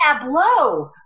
tableau